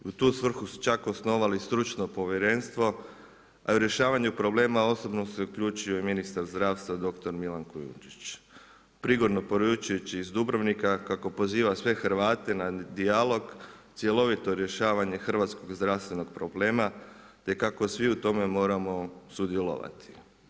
U tu svrhu su čak osnovali stručno povjerenstvo, a u rješavanje problema osobno se uključio i ministar zdravstva doktor Milan Kujundžić prigodno poručujući iz Dubrovnika kako poziva sve Hrvate na dijalog, cjelovito rješavanje hrvatskog zdravstvenog problema te kako svi u tome moramo sudjelovati.